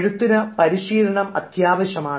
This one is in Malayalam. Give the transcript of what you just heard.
എഴുത്തിന് പരിശീലനം അത്യാവശ്യമാണ്